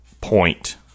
point